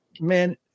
man